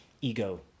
ego